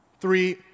three